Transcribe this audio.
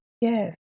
Yes